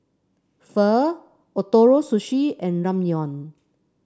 Pho Ootoro Sushi and Ramyeon